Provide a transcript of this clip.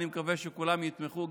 אני מקווה שכולם יתמכו,